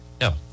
No